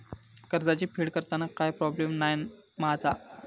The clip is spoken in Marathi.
कर्जाची फेड करताना काय प्रोब्लेम नाय मा जा?